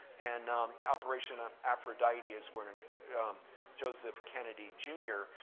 and um operation um aphrodite is where and um joseph kennedy jr,